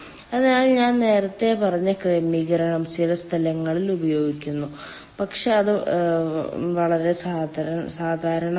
അതിനാൽ ഞാൻ നേരത്തെ പറഞ്ഞ ക്രമീകരണം ചില സ്ഥലങ്ങളിൽ ഉപയോഗിക്കുന്നു പക്ഷേ അത് വളരെ സാധാരണമല്ല